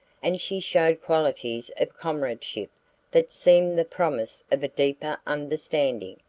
and she showed qualities of comradeship that seemed the promise of a deeper understanding.